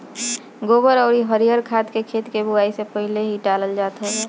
गोबर अउरी हरिहर खाद के खेत के बोआई से पहिले ही डालल जात हवे